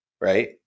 Right